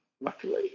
luckily